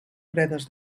fredes